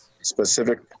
specific